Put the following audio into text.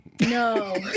No